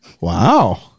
Wow